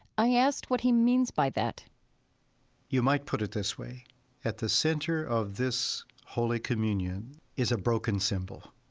i asked what he means by that you might put it this way at the center of this holy communion is a broken symbol,